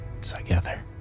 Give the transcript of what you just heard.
together